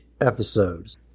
episodes